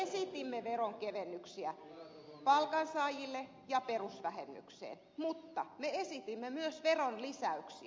me esitimme veronkevennyksiä palkansaajille ja perusvähennykseen mutta me esitimme myös veronlisäyksiä